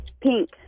Pink